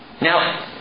Now